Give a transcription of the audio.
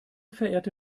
verehrte